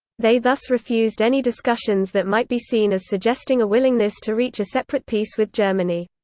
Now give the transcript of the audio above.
they thus refused any discussions that might be seen as suggesting a willingness to reach a separate peace with germany.